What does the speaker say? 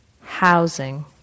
housing